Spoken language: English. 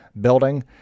building